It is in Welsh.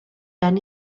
gen